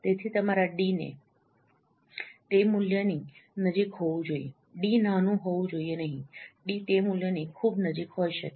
તેથી તમારા ડી તે મૂલ્યની નજીક હોવું જોઈએ ડી નાનું હોવું જોઈએ નહીં ડી તે મૂલ્યની ખૂબ નજીક હોઈ શકે